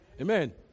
Amen